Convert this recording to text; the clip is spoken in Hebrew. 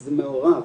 זה מעורב.